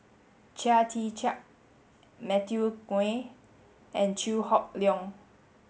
Chia Tee Chiak Matthew Ngui and Chew Hock Leong